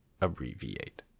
abbreviate